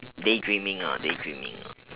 daydreaming uh daydreaming